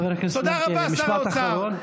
חבר הכנסת מלכיאלי, משפט אחרון.